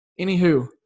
Anywho